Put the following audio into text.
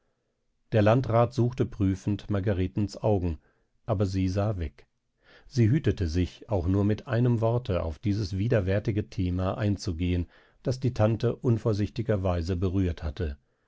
der landrat suchte prüfend margaretens augen aber sie sah weg sie hütete sich auch nur mit einem worte auf dieses widerwärtige thema einzugehen das die tante unvorsichtigerweise berührt hatte